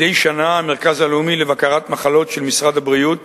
מדי שנה המרכז הלאומי לבקרת מחלות של משרד הבריאות